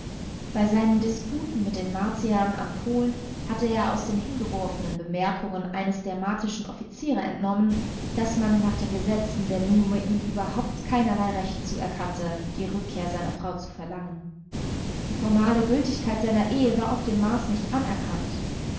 bei seinen disputen mit den martiern am pol hatte er aus der hingeworfenen bemerkung eines der martischen offiziere entnommen daß man nach den gesetzen der nume ihm überhaupt keinerlei recht zuerkannte die rückkehr seiner frau zu verlangen die formale gültigkeit seiner ehe war auf dem mars nicht anerkannt